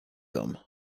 them